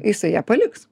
jisai ją paliks